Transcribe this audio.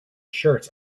shirts